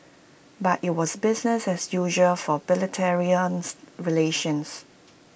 but IT was business as usual for bilateral relations